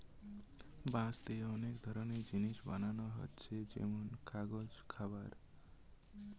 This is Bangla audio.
বাঁশ দিয়ে অনেক ধরনের জিনিস বানানা হচ্ছে যেমন কাগজ, খাবার